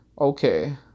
okay